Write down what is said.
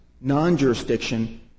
non-jurisdiction